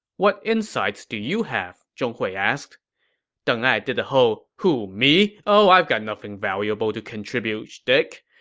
what insights do you have? zhong hui asked deng ai did the whole, who me? oh i've got nothing valuable to contribute schtick,